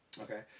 Okay